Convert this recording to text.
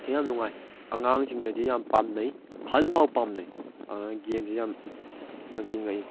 ꯁꯦ ꯌꯥꯝ ꯅꯨꯡꯉꯥꯏ ꯑꯉꯥꯡꯁꯤꯡꯅꯗꯤ ꯌꯥꯝ ꯄꯥꯝꯅꯩ ꯑꯍꯟ ꯐꯥꯎ ꯄꯥꯝꯅꯩ ꯒꯦꯝꯁꯦ ꯌꯥꯝ ꯉꯛꯇꯤ ꯉꯛꯏ